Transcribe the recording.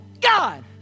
God